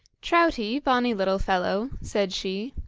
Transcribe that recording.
troutie, bonny little fellow, said she,